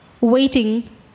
waiting